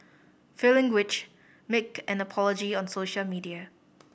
failing which make an apology on social media